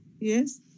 yes